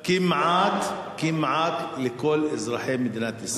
כמעט לכל אזרחי מדינת ישראל.